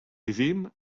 vivim